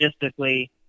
logistically